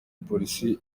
polisi